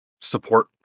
support